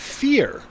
fear